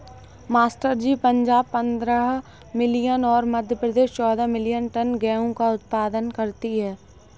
master ji Punjab पंद्रह million और मध्य प्रदेश चौदह मिलीयन टन गेहूं का उत्पादन करती है